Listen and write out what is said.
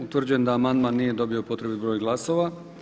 Utvrđujem da amandman nije dobio potrebni broj glasova.